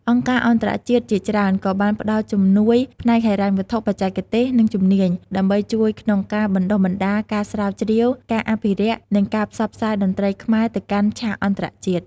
អង្គការអន្តរជាតិជាច្រើន ក៏បានផ្តល់ជំនួយផ្នែកហិរញ្ញវត្ថុ បច្ចេកទេស និងជំនាញ ដើម្បីជួយក្នុងការបណ្តុះបណ្តាល ការស្រាវជ្រាវ ការអភិរក្ស និងការផ្សព្វផ្សាយតន្ត្រីខ្មែរទៅកាន់ឆាកអន្តរជាតិ។